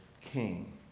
King